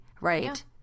right